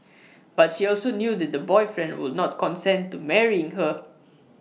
but she also knew that the boyfriend would not consent to marrying her